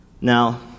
Now